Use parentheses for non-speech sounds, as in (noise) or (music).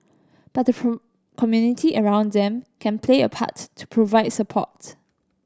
but the (unintelligible) community around them can play a part to provide support